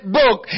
book